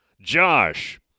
Josh